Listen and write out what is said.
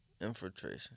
Infiltration